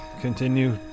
continue